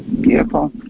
Beautiful